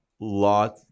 lot